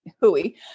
hooey